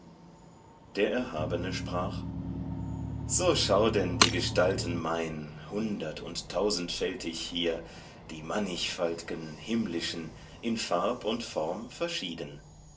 der erhabene sprach so schau denn die gestalten mein hundert und tausendfältig hier die mannigfalt'gen himmlischen in farb und form verschiedenen